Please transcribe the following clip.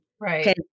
Right